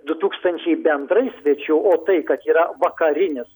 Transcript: du tūkstančiai bendrai svečių o tai kad yra vakarinis